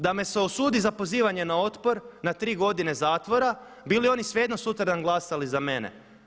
Da me se osudi za pozivanje na otpor na 3 godine zatvora, bi li oni svejedno sutradan glasali za mene?